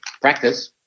practice